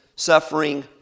suffering